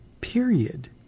period